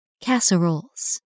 Casseroles